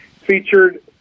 featured